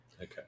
Okay